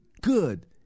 good